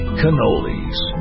cannolis